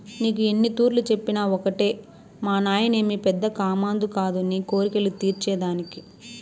నీకు ఎన్నితూర్లు చెప్పినా ఒకటే మానాయనేమి పెద్ద కామందు కాదు నీ కోర్కెలు తీర్చే దానికి